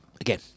again